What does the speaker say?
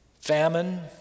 famine